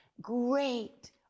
great